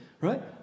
Right